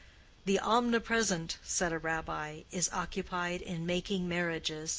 the omnipresent, said a rabbi, is occupied in making marriages.